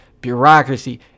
bureaucracy